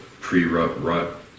pre-rut